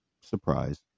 surprise